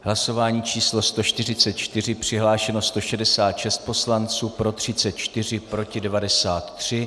V hlasování číslo 144 přihlášeno 166 poslanců, pro 34, proti 93.